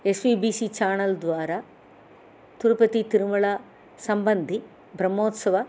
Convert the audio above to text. S V B C channel द्वारा तिरुपतितिरुमलसम्बन्धिब्रह्मोत्सव